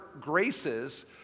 graces